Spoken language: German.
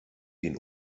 den